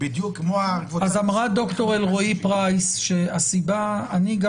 בדיוק כמו הקבוצה --- אז אמרה ד"ר אלרועי פרייס שהסיבה אני גם